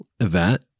event